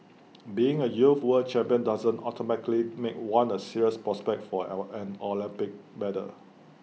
being A youth world champion doesn't automatically make one A serious prospect for L an Olympic medal